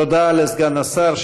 תודה לסגן השר.